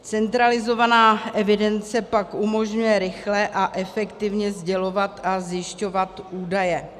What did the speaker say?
Centralizovaná evidence pak umožňuje rychle a efektivně sdělovat a zjišťovat údaje.